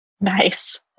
nice